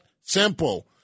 simple